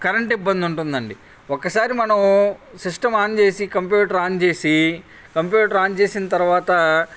current ఇబ్బంది ఉంటుందండి ఒక్కసారి మనం సిస్టమ్ ఆన్ చేసి కంప్యూటర్ ఆన్ చేసి కంప్యూటర్ ఆన్ చేసిన తర్వాత